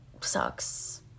sucks